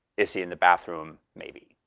is he in the bathroom? maybe.